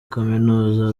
kaminuza